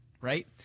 right